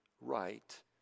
right